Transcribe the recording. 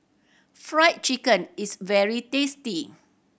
Fried Chicken is very tasty